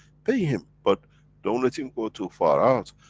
pay him but don't let him go too far out,